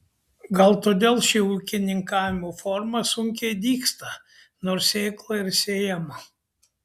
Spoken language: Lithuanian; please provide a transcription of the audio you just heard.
gal todėl ši ūkininkavimo forma sunkiai dygsta nors sėkla ir sėjama